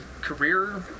career